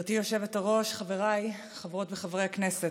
גברתי היושבת-ראש, חבריי חברות וחברי הכנסת,